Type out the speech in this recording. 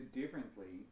differently